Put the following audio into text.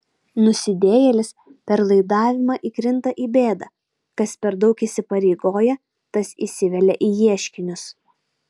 nusidėjėlis per laidavimą įkrinta į bėdą kas per daug įsipareigoja tas įsivelia į ieškinius